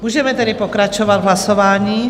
Můžeme tedy pokračovat v hlasování.